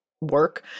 work